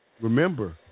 Remember